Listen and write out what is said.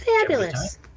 fabulous